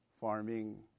farming